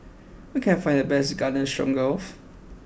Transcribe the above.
where can I find the best Garden Stroganoff